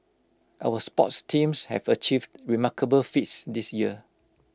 our sports teams have achieved remarkable feats this year